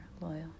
loyal